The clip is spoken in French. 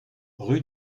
rue